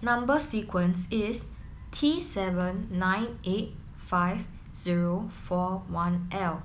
number sequence is T seven nine eight five zero four one L